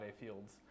fields